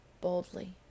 boldly